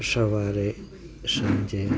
સવારે સાંજે